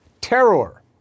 terror